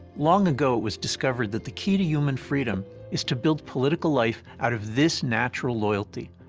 long ago it was discovered that the key to human freedom is to build political life out of this natural loyalty.